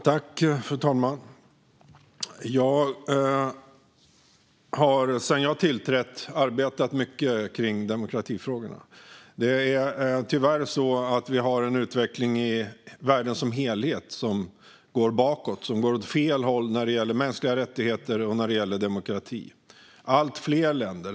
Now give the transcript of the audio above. Fru talman! Sedan jag tillträdde har jag arbetat mycket med demokratifrågor. Tyvärr går utvecklingen i världen som helhet åt fel håll vad gäller mänskliga rättigheter och demokrati.